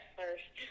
first